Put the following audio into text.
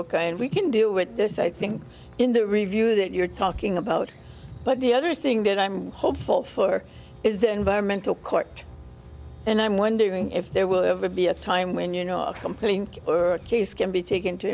and we can deal with this i think in the review that you're talking about but the other thing that i'm hopeful for is the environmental court and i'm wondering if there will ever be a time when you know a compelling case can be taken to